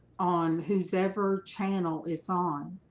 on who's ever channel is on?